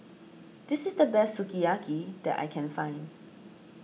this is the best Sukiyaki that I can find